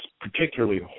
particularly